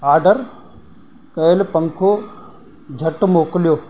order कयल पंखो झटि मोकिलियो